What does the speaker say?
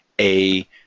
A-